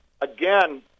again